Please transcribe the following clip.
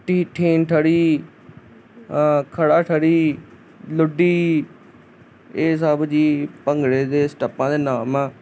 detain ਥੜੀ ਖੜ੍ਹਾ ਥੜੀ ਲੁੱਡੀ ਇਹ ਸਭ ਜੀ ਭੰਗੜੇ ਦੇ ਸਟੈਪਾਂ ਦੇ ਨਾਮ ਆ